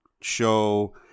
show